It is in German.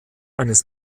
eines